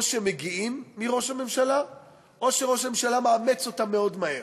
או שמגיעים מראש הממשלה או שראש הממשלה מאמץ אותם מאוד מהר.